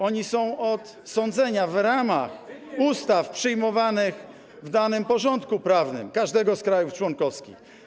Oni są od sądzenia w ramach ustaw przyjmowanych w danym porządku prawnym każdego z krajów członkowskich.